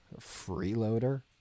Freeloader